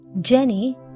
Jenny